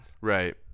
Right